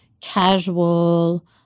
casual